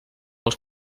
els